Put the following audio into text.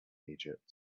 egypt